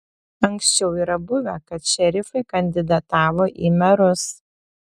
anksčiau yra buvę kad šerifai kandidatavo į merus